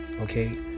okay